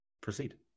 proceed